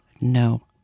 no